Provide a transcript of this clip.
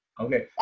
Okay